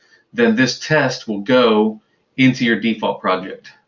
then this test will go into your default project.